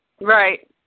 Right